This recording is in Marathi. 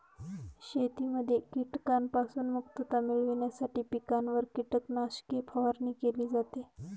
शेतीमध्ये कीटकांपासून मुक्तता मिळविण्यासाठी पिकांवर कीटकनाशके फवारणी केली जाते